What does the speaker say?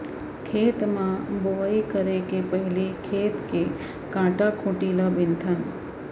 खेत म बोंवई करे के पहिली खेत के कांटा खूंटी ल बिनथन